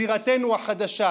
בירתנו החדשה.